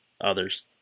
others